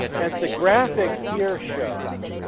as the graphic here shows,